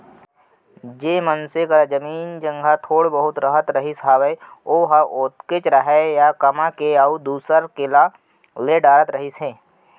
जेन मनसे करा जमीन जघा थोर बहुत रहत रहिस हावय ओमन ह ओतकेच रखय या कमा के अउ दूसर के ला ले डरत रहिस हे